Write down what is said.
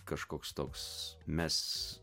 kažkoks toks mes